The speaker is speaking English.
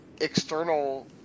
external